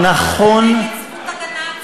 אף אחד לא אמר שזה נגד זכות ההגנה העצמית.